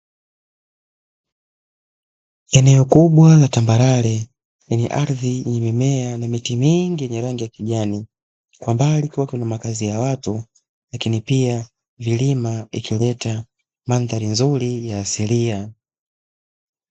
Eneo kubwa la tambarare lenye ardhi yenye mimea yenye miti mingi ya rangi ya kijani, kwa mbali kukiwa na makazi ya watu lakini pia milima ikileta mandhari nzuri ya asilia.